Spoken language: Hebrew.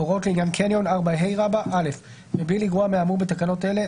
"4ה.הוראות לעניין קניון מבלי לגרוע מהאמור בתקנות אלה,